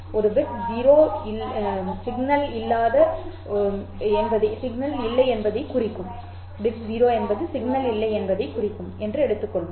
ஒரு பிட் 0 அல்லாத சிக்னலைக் குறிக்கும் என்று நாங்கள் வழக்கம் எடுத்துள்ளோம்